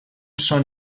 són